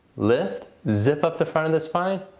lift, zip up the front of the spine.